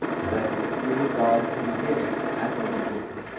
then he resolved to begin at the beginning,